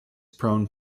prone